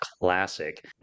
classic